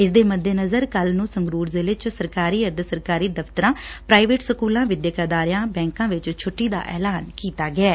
ਇਸ ਦੇ ਮੱਦੇਨਜ਼ਰ ਕੱਲੂ ਨੂੰ ਸੰਗਰੂਰ ਜ਼ਿਲ੍ਫੇ ਚ ਸਰਕਾਰੀ ਅਰਧ ਸਰਕਾਰੀ ਦਫ਼ਤਰਾਂ ਪ੍ਰਾਈਵੇਟ ਸਕੁਲਾਂ ਵਿੱਦਿਅਕ ਅਦਾਰਿਆਂ ਬੈਂਕਾਂ ਵਿੱਚ ਛੁੱਟੀ ਦਾ ਐਲਾਨ ਕੀਡਾ ਗਿਐ